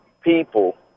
people